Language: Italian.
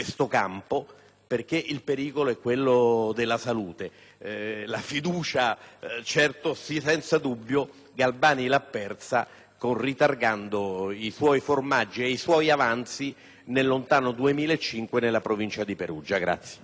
perché il pericolo riguarda la salute. La fiducia senza dubbio Galbani l'ha persa ritargando i suoi formaggi e i suoi avanzi nel lontano 2005 nella Provincia di Perugia.